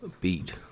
beat